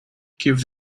give